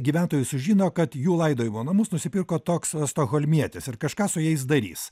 gyventojai sužino kad jų laidojimo namus nusipirko toks stokholmietis ir kažką su jais darys